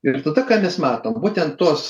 ir tada ką mes matom būtent tos